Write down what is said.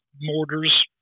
mortars